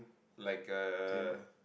like uh